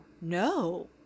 no